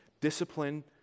discipline